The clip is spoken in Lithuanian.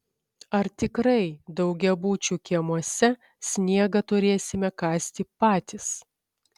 ar tikrai daugiabučių kiemuose sniegą turėsime kasti patys